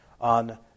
on